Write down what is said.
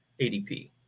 ADP